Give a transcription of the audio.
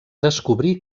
descobrir